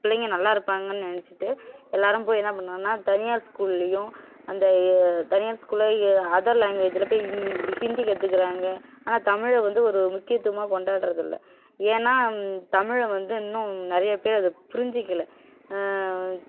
பிள்ளைங்கள் நல்லா இருப்பாங்கனு நினைச்சிட்டு எல்லாேரும் போய் என்ன பண்ணுறாங்கனா தனியார் ஸ்கூல்லேயும் அந்த தனியார் ஸ்கூலில் அதர் லேங்க்வேஜ்ஜில் போய் ஹிந்தி கற்றுக்குறாங்க ஆனால் தமிழை வந்து ஒரு முக்கியத்துவமாக கொண்டாடுவது இல்லை ஏன்னால் தமிழை வந்து இன்னும் நிறைய பேர் அதை புரிஞ்சுக்கல